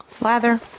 Lather